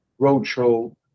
roadshow